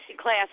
class